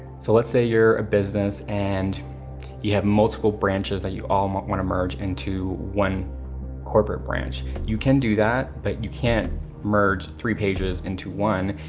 so let's say you're a business and you have multiple branches that you um wanna merge into one corporate branch, you can do that, but you can't merge three pages into one,